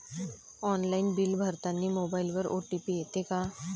Online bill भरतानी मोबाईलवर OTP येते का?